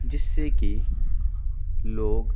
جس سے کہ لوگ